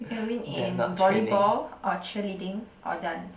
you can win in volleyball or cheerleading or dance